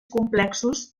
complexos